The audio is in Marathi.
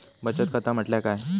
बचत खाता म्हटल्या काय?